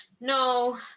No